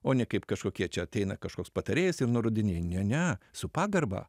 o ne kaip kažkokie čia ateina kažkoks patarėjas ir nurodinėja ne ne su pagarba